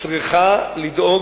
צריכה לדאוג.